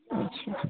अच्छा